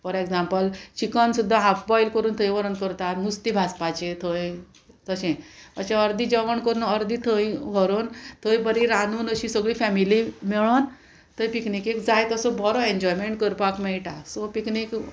for example chicken सुद्दां half boil करून थंय व्हरोन करतात मुस्ती भाजपाचे थंय तशें अशें अर्दी जेवण करून अर्दी थंय व्हरोन थंय बरी रांदून अशी सगळी फॅमिली मेळोन थंय पिकनीकेक जाय तसो बरो एन्जॉयमेंट करपाक मेळटा सो पिकनीक